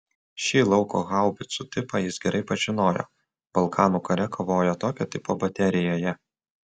šį lauko haubicų tipą jis gerai pažinojo balkanų kare kovojo tokio tipo baterijoje